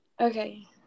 Okay